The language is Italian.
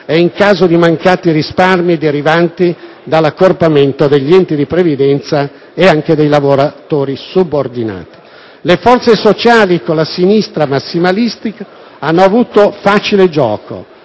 e, in caso di mancati risparmi derivanti dall'accorpamento degli enti di previdenza, anche dei lavoratori subordinati. Le forze sociali, con la sinistra massimalista, hanno avuto facile gioco,